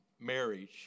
marriage